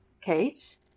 Kate